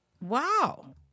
Wow